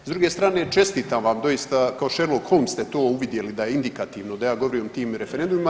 S druge strane čestitam vam doista kao Sherlock Holmes ste to uvidjeli da je indikativno i da ja govorim o tim referendumima.